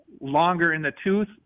longer-in-the-tooth